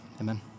amen